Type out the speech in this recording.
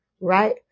right